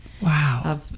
Wow